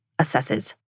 Assesses